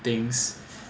things